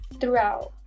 throughout